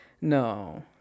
No